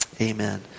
Amen